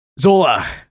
Zola